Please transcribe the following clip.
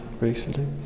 recently